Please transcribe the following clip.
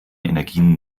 energien